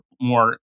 more